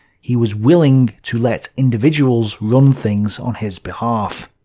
he was willing to let individuals run things on his behalf.